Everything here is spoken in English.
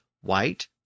white